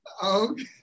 Okay